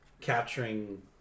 capturing